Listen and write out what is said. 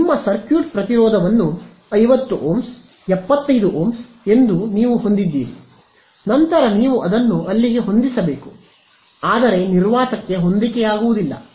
ನಿಮ್ಮ ಸರ್ಕ್ಯೂಟ್ ಪ್ರತಿರೋಧವನ್ನು 50 ohms 75 ohms ಎಂದು ನೀವು ಹೊಂದಿದ್ದೀರಿ ನಂತರ ನೀವು ಅದನ್ನು ಅಲ್ಲಿಗೆ ಹೊಂದಿಸಬೇಕು ಆದರೆ ನಿರ್ವಾತಕ್ಕೆ ಹೊಂದಿಕೆಯಾಗುವುದಿಲ್ಲ